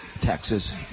Texas